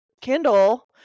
Kindle